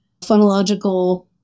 phonological